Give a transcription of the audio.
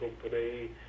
Company